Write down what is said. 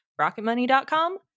Rocketmoney.com